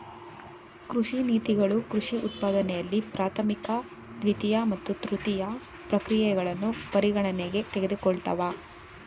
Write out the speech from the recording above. ಕೃಷಿ ನೀತಿಗಳು ಕೃಷಿ ಉತ್ಪಾದನೆಯಲ್ಲಿ ಪ್ರಾಥಮಿಕ ದ್ವಿತೀಯ ಮತ್ತು ತೃತೀಯ ಪ್ರಕ್ರಿಯೆಗಳನ್ನು ಪರಿಗಣನೆಗೆ ತೆಗೆದುಕೊಳ್ತವೆ